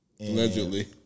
allegedly